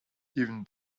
even